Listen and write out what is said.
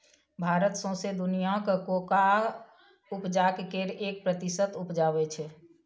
भारत सौंसे दुनियाँक कोकोआ उपजाक केर एक प्रतिशत उपजाबै छै